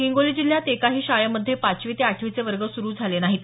हिंगोली जिल्ह्यात एकाही शाळेमध्ये पाचवी ते आठवीचे वर्ग सुरू झाले नाहीत